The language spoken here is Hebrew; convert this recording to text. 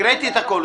הקראתי את הכול.